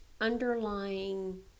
underlying